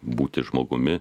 būti žmogumi